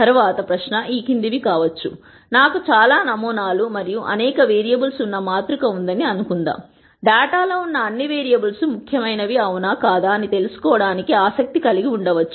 తరువాతి ప్రశ్న ఈ క్రింది వి కావచ్చు నాకు చాలా నమూనా లు మరియు అనేక వేరియబుల్స్ ఉన్న మాతృక ఉందని అనుకుందాం డేటా లో ఉన్న అన్ని వేరియబుల్స్ ముఖ్యమైనవి అవునా కాదా అని తెలుసుకోవటానికి ఆసక్తి కలిగి ఉండవచ్చు